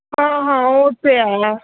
ਹਾਂ ਹਾਂ ਉਹ ਤਾਂ ਹੈ